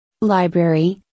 Library